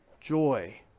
joy